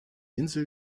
insel